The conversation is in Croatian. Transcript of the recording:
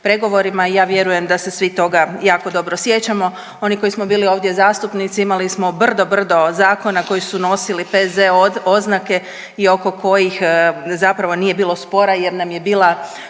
pregovorima i ja vjerujem da se svi toga jako dobro sjećamo. Oni koji smo bili ovdje zastupnici imali smo brdo, brdo zakona koji su nosili P.Z. oznake i oko kojih zapravo nije bilo spora jer nam je bila